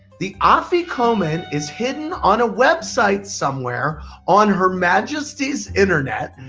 the afikoman is hidden on a website somewhere on her majesty's internet,